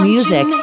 Music